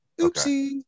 Oopsie